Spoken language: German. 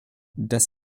das